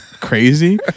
Crazy